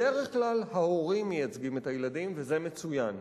בדרך כלל ההורים מייצגים את הילדים, וזה מצוין.